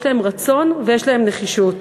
יש להן רצון ויש להן נחישות.